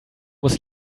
muss